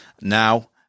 now